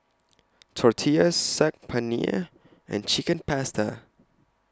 Tortillas Saag Paneer and Chicken Pasta